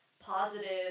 positive